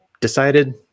decided